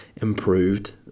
improved